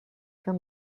can